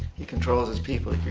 he controls his people.